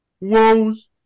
woes